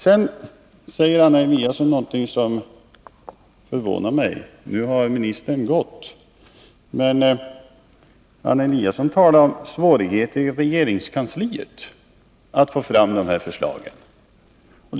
Anna Eliasson sade vidare någonting som förvånade mig. Hon talade om svårigheter i regeringskansliet när det gällde att få fram förslaget. Nu har ministern gått.